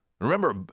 Remember